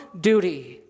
duty